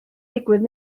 digwydd